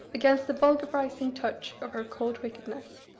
against the vulgarising touch of her cold wickedness.